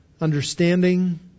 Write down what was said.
understanding